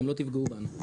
אתם לא תפגעו בנו.